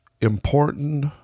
important